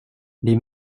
les